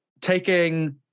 taking